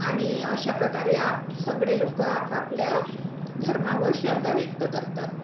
आणि अशा प्रकारे आप सगळे लोक आपापल्या धर्मावर श्रद्धा व्यक्त करतात